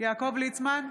יעקב ליצמן,